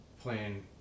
playing